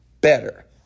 better